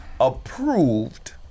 approved